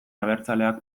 abertzaleak